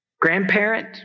Grandparent